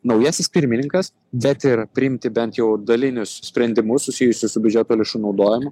naujasis pirmininkas bet ir priimti bent jau dalinius sprendimus susijusius su biudžeto lėšų naudojimu